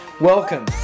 Welcome